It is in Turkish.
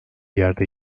yerde